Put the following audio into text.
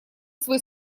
свой